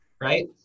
right